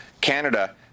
Canada